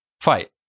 fight